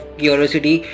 curiosity